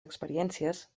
experiències